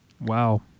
Wow